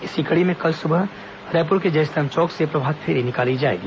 इसी कड़ी में कल सुबह रायपुर के जयस्तभ चौक से प्रभात फेरी निकाली जाएगी